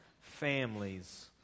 families